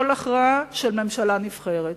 כל הכרעה, של ממשלה נבחרת.